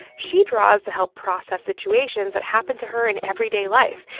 she draws to help process situations that happen to her in everyday life.